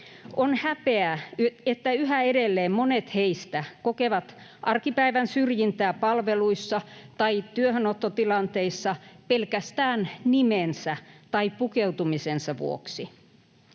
On häpeä, että yhä edelleen monet heistä kokevat arkipäivän syrjintää palveluissa tai työhönottotilanteissa pelkästään nimensä tai pukeutumisensa vuoksi.